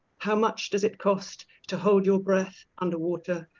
how much does it cost to hold your breath underwater?